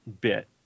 bit